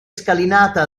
scalinata